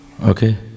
Okay